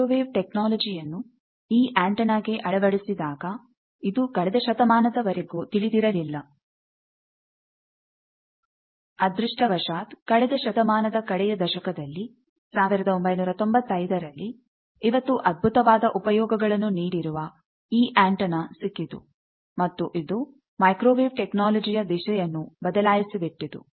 microwave technology ಅನ್ನು ಈ ಆಂಟೆನಾಗೆ ಅಳವಡಿಸಿದಾಗ ಇದು ಕಳೆದ ಶತಮಾನದವರೆಗೂ ತಿಳಿದಿರಲಿಲ್ಲ ಅದೃಷ್ಟವಶಾತ್ ಕಳೆದ ಶತಮಾನದ ಕಡೆಯ ದಶಕದಲ್ಲಿ 1995ರಲ್ಲಿ ಇವತ್ತು ಅದ್ಭುತವಾದ ಉಪಯೋಗಗಳನ್ನು ನೀಡಿರುವ ಈ ಆಂಟೆನಾ ಸಿಕ್ಕಿತು ಮತ್ತು ಇದು ಮೈಕ್ರೋವೇವ್ ಟೆಕ್ನಾಲಜಿ ಯ ದಿಸೆಯನ್ನು ಬದಲಾಯಿಸಿಬಿಟ್ಟಿತು